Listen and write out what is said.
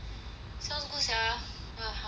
sounds good sia !wah! hungry already